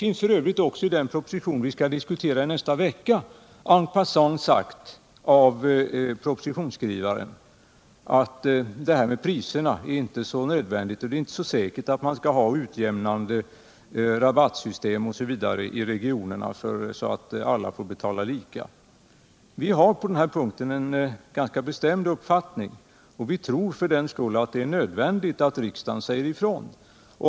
I den proposition som vi skall diskutera i nästa vecka sägs också en passant av propositionsskrivaren att det inte är så säkert att man skall ha utjämnande rabattsystem i de olika regionerna så att alla får betala lika. Vi har på den punkten en ganska bestämd uppfattning, och vi tror för den skull att det är nödvändigt att riksdagen säger ifrån.